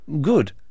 Good